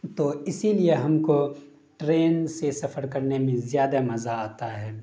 تو اسی لیے ہم کو ٹرین سے سفر کرنے میں زیادہ مزہ آتا ہے